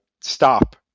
stop